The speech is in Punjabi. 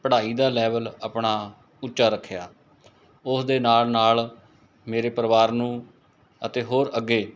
ਪੜ੍ਹਾਈ ਦਾ ਲੈਵਲ ਆਪਣਾ ਉੱਚਾ ਰੱਖਿਆ ਉਸਦੇ ਨਾਲ਼ ਨਾਲ਼ ਮੇਰੇ ਪਰਿਵਾਰ ਨੂੰ ਅਤੇ ਹੋਰ ਅੱਗੇ